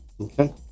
Okay